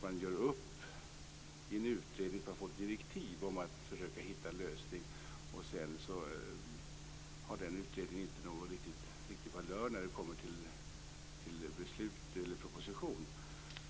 Man gör upp i en utredning som fått direktiv att försöka hitta en lösning, men sedan har den utredningen inte riktigt någon valör när det kommer till att skriva en proposition.